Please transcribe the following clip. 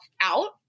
out